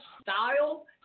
style